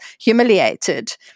humiliated